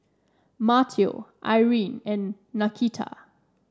Matteo Irene and Nakita